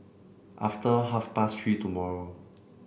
after half past Three tomorrow